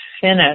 finish